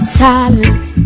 talent